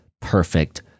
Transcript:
perfect